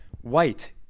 white